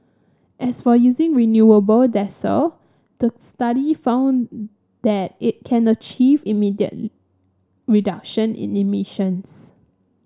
as for using renewable the study found that it can achieve immediate reduction in emissions